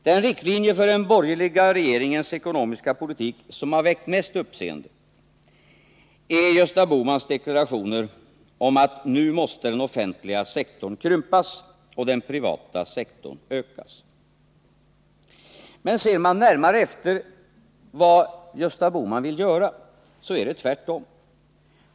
Den riktlinje för den borgerliga regeringens ekonomiska politik som har väckt mest uppseende är Gösta Bohmans deklarationer om att nu måste den offentliga sektorn krympas och den privata sektorn ökas. Men ser man närmare efter vad Gösta Bohman vill göra, så finner man att det är tvärtom.